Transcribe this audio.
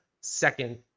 second